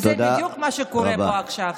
וזה בדיוק מה שקורה פה עכשיו.